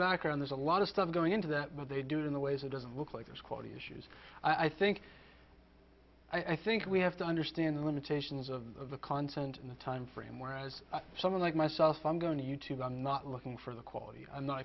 background there's a lot of stuff going into that but they do it in the ways it doesn't look like there's quality issues i think i think we have to understand the limitations of the content in the time frame whereas someone like myself i'm going to you tube i'm not looking for the quality i'm not